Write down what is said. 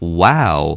wow